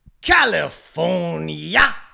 California